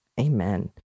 Amen